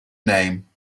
name